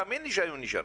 תאמין לי שהם היו נשארים.